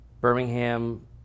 Birmingham